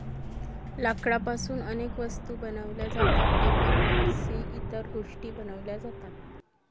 लाकडापासून अनेक वस्तू बनवल्या जातात, टेबल खुर्सी इतर गोष्टीं बनवल्या जातात